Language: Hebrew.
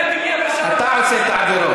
אתה עושה את העבירות.